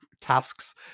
tasks